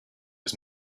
his